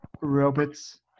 robots